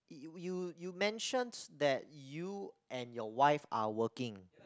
you you you mentions that you and your wife are working